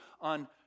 on